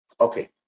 Okay